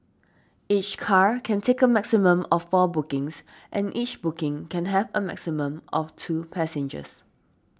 each car can take a maximum of four bookings and each booking can have a maximum of two passengers